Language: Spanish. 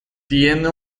tiene